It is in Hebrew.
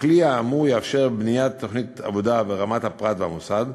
הכלי האמור יאפשר בניית תוכנית עבודה ברמת הפרט והמוסד.